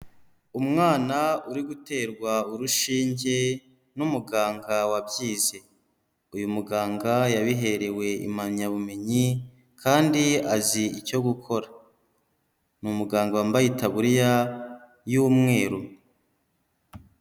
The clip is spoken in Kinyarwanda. Umwana uri guterwa urushinge n'umuganga wabyize, uyu muganga yabiherewe impamyabumenyi kandi azi icyo gukora, ni umuganga wambaye itaburiya y'umweru.